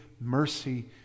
mercy